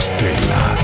Stella